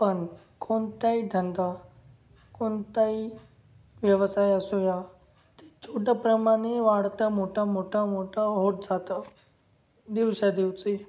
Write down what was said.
पण कोणताही धंदा कोणताही व्यवसाय असूद्या ते छोट्याप्रमाणे वाढता मोठा मोठा मोठा होत जातं दिवसादिवशी